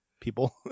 people